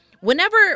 whenever